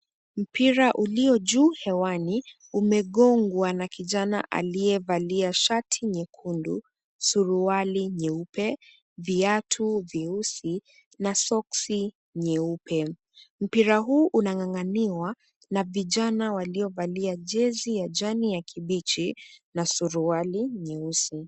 Mpira ulio juu hewani umegongwa na kijana aliyevalia shati nyekundu, suruali nyeupe, viatu vyeusi na soksi nyeupe. Mpira huu unang'ang'aniwa na vijana waliovalia jezi ya kijani kibichi na suruali nyeusi.